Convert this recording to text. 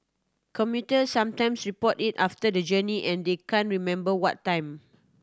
commuter sometimes report it after the journey and they can't remember what time